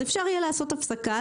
אפשר יהיה לעשות הפסקה,